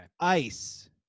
Ice